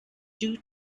due